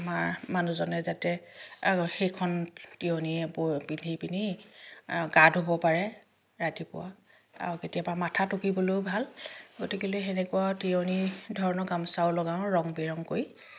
আমাৰ মানুহজনে যাতে সেইখন তিৱনীয়েই বৈ পিন্ধি পিনি গা ধুব পাৰে ৰাতিপুৱা আৰু কেতিয়াবা মাথা টুকিবলেও ভাল গতিকে লৈ সেনেকুৱাও তিৱনী ধৰণৰ গামোচাও লগাওঁ ৰং বিৰঙ কৰি